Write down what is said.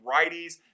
righties